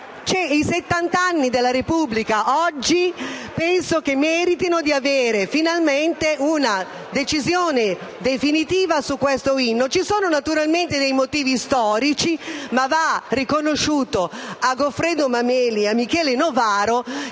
settant'anni della Repubblica meritino di vedere finalmente una decisione definitiva su questo inno. Ci sono naturalmente dei motivi storici, ma va riconosciuto a Goffredo Mameli e a Michele Novaro